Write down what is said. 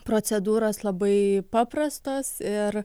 procedūros labai paprastos ir